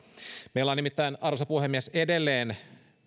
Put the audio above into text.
meillä on nimittäin arvoisa puhemies edelleen